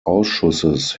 ausschusses